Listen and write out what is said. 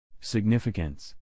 Significance